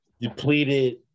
Depleted